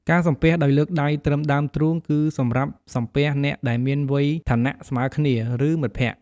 ការសំពះដោយលើកដៃត្រឹមដើមទ្រូង គឺសម្រាប់សំពះអ្នកដែលមានវ័យ ឋានៈ ស្មើគ្នា ឬមិត្តភក្តិ។